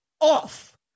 off